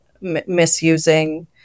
misusing